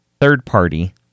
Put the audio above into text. third-party